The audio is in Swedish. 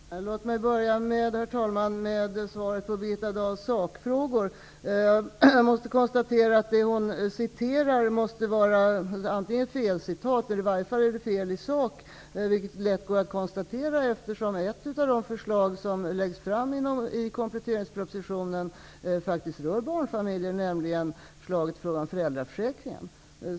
Herr talman! Låt mig börja med att svara på Birgitta Dahls sakfrågor. Det hon läste upp måste antingen vara felciterat eller i varje fall fel i sak. Det är lätt att konstatera. Ett av de förslag som lades fram i kompletteringspropositionen rör faktiskt barnfamiljer, nämligen förslaget gällande föräldraförsäkringen.